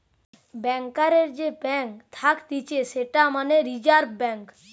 ব্যাংকারের যে ব্যাঙ্ক থাকতিছে সেটা মানে রিজার্ভ ব্যাঙ্ক